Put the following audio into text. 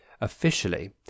Officially